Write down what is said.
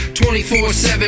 24-7